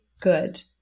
good